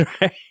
right